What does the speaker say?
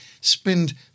spend